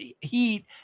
heat